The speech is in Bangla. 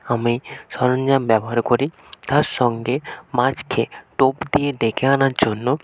আমি সরঞ্জাম ব্যবহার করি তার সঙ্গে মাছকে টোপ দিয়ে ডেকে আনার জন্য